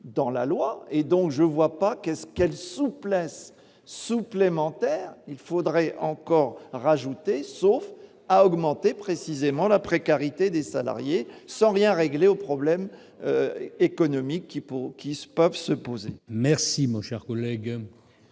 dans la loi et donc je vois pas qu'est-ce quelle souplesse supplémentaire, il faudrait encore rajouter sauf à augmenter précisément la précarité des salariés sans rien régler au problèmes économiques qui, pour qui s'peuvent se poser. Merci mon cher collègue,